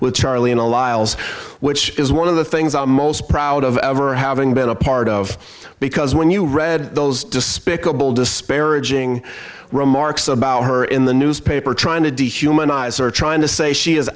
lot which is one of the things i'm most proud of ever having been a part of because when you read those despicable disparaging remarks about her in the newspaper trying to dehumanizer trying to say she is